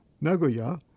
Nagoya